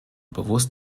bewusst